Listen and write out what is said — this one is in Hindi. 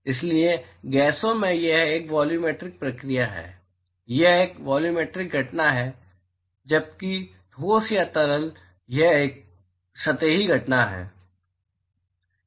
इसलिए गैसों में यह एक वॉल्यूमेट्रिक प्रक्रिया है यह एक वॉल्यूमेट्रिक घटना है जबकि ठोस या तरल में यह एक सतही घटना है